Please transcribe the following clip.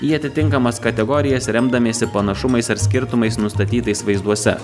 į atitinkamas kategorijas remdamiesi panašumais ar skirtumais nustatytais vaizduose